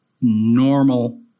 normal